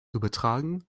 übertragen